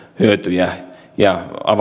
hyötyjä ja